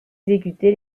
exécuté